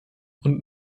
und